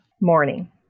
Morning